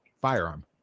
firearm